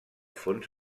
fons